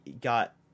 got